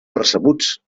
percebuts